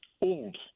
old